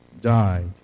died